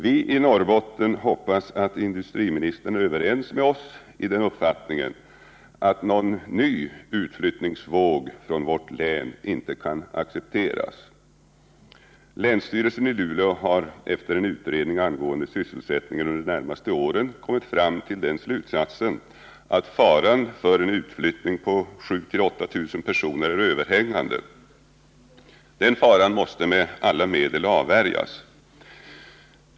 Vi i Norrbotten hoppas att industriministern är överens med oss i den uppfattningen att någon ny utflyttningsvåg från vårt län inte kan accepteras. Länsstyrelsen i Luleå har efter en utredning angående sysselsättningen under de närmaste åren kommit fram till den slutsatsen att faran för en utflyttning av 7 000-8 000 personer är överhängande. Den faran måste med alla medel avvärjas.